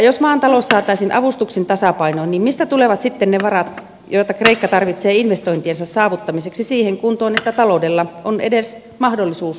jos maan talous saataisiin avustuksin tasapainoon niin mistä tulevat sitten ne varat joita kreikka tarvitsee investointiensa saavuttamiseksi siihen kuntoon että taloudella on edes mahdollisuus kasvu uralle